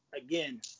again